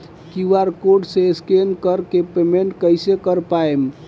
QR code से scan कर के पेमेंट कइसे कर पाएम?